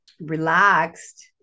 relaxed